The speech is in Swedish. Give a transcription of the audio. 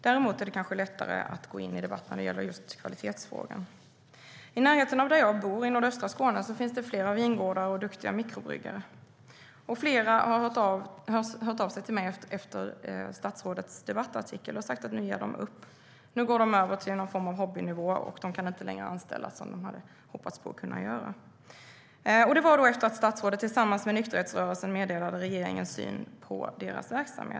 Däremot är det kanske lättare att gå in i debatt när det gäller just kvalitetsfrågan. Det var efter att statsrådet tillsammans med nykterhetsrörelsen meddelade regeringens syn på deras verksamhet.